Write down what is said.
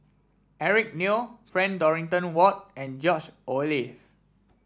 Eric Neo Frank Dorrington Ward and George Oehlers